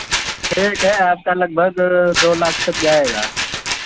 ठीक है आपका लगभग दो लाख तक जाएगा